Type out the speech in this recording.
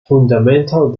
fundamental